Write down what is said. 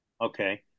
Okay